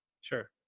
Sure